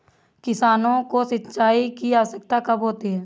किसानों को सिंचाई की आवश्यकता कब होती है?